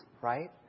right